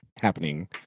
happening